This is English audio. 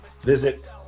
visit